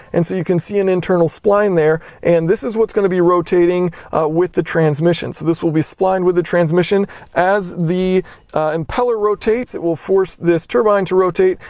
and so you can see an internal spline, there, and so this is what's going to be rotating with the transmission. so this will be splined with the transmission as the impeller rotates, it will force this turbine to rotate,